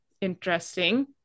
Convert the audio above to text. interesting